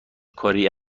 کاری